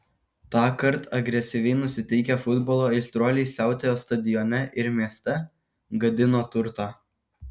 tąkart agresyviai nusiteikę futbolo aistruoliai siautėjo stadione ir mieste gadino turtą